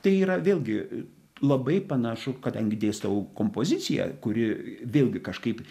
tai yra vėlgi labai panašu kadangi dėstau kompoziciją kuri vėlgi kažkaip